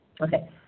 Okay